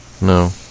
No